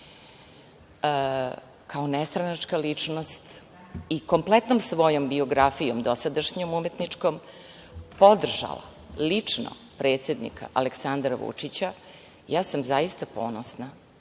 kao nestranačka ličnost i kompletnom svojom biografijom dosadašnjom umetničkom, podržala lično predsednika Aleksandra Vučića, ja sa zaista ponosna